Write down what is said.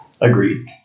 Agreed